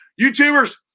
YouTubers